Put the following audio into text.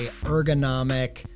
ergonomic